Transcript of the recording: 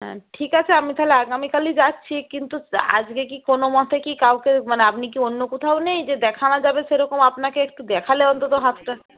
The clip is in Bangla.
হ্যাঁ ঠিক আছে আমি তাহলে আগামীকালই যাচ্ছি কিন্তু আজকে কি কোনো মতে কি কাউকে মানে আপনি কি অন্য কোথাও নেই যে দেখানো যাবে সেরকম আপনাকে একটু দেখালে অন্তত হাতটা